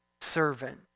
servant